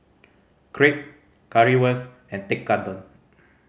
Crepe Currywurst and Tekkadon